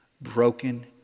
broken